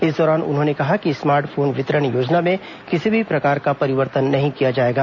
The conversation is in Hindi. इस दौरान उन्होंने कहा कि स्मार्ट फोन वितरण योजना में किसी भी प्रकार का परिवर्तन नहीं किया जाएगा